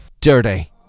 Dirty